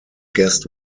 guest